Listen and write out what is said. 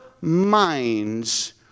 minds